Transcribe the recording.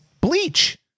Bleach